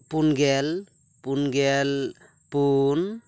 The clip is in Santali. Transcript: ᱯᱩᱱ ᱜᱮᱞ ᱯᱩᱱ ᱜᱮᱞ ᱯᱩᱱ